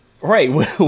right